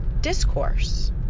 discourse